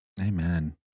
Amen